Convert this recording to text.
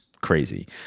crazy